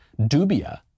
dubia